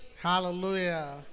Hallelujah